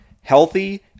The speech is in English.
healthy